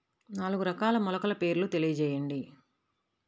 నాలుగు రకాల మొలకల పేర్లు తెలియజేయండి?